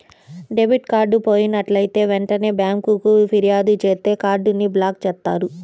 debit card పోయినట్లైతే వెంటనే బ్యేంకుకి ఫిర్యాదు చేత్తే కార్డ్ ని బ్లాక్ చేత్తారు